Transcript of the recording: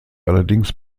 allerdings